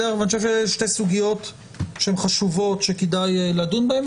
אני חושב שאלה שתי סוגיות חשובות שכדאי לדון בהן,